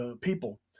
people